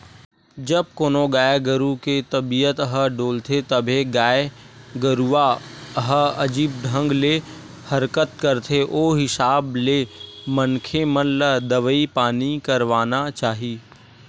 जब कोनो गाय गरु के तबीयत ह डोलथे तभे गाय गरुवा ह अजीब ढंग ले हरकत करथे ओ हिसाब ले मनखे मन ल दवई पानी करवाना चाही